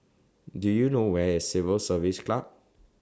Do YOU know Where IS Civil Service Club